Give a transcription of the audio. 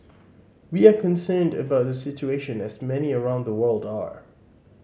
we are concerned about the situation as many around the world are